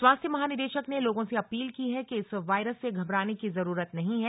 स्वास्थय महानिदेशक ने लोगों से अपील की है कि इस वायरस से घबराने की जरूरत नहीं है